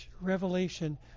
revelation